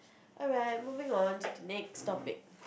alright moving on to the next topic